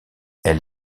elle